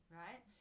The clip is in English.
right